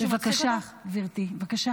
בבקשה, גברתי, בבקשה.